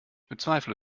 bezweifle